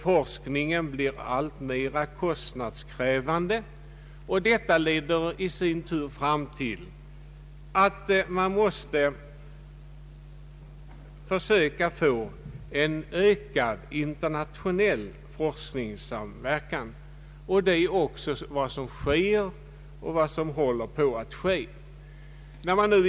Forsk ningen blir alltmer kostnadskrävande, och detta leder i sin tur till att man måste försöka få ökad internationell forskningssamverkan. Det är också vad som håller på att ske.